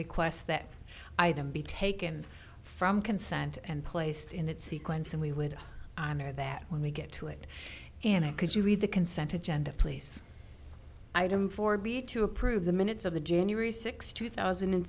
request that i them be taken from consent and placed in its sequence and we would honor that when we get to it and i could you read the consent agenda place item four b to approve the minutes of the january sixth two thousand and